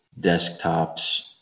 desktops